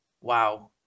Wow